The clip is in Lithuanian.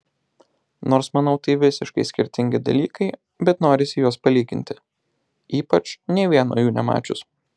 nors manau tai visiškai skirtingi dalykai bet norisi juos palyginti ypač nė vieno jų nemačius